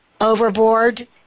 overboard